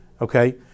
Okay